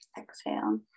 Exhale